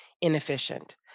inefficient